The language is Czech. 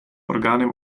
orgánem